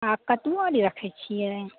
आ कद्दुओ अरी रखैत छियै